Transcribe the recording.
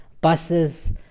buses